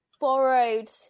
borrowed